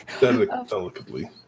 delicately